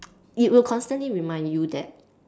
it will constantly remind you that